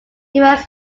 evans